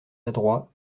adroit